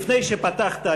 לפני שפתחת,